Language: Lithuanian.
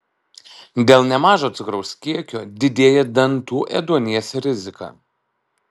dėl nemažo cukraus kiekio didėja dantų ėduonies rizika